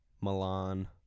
Milan